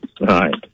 right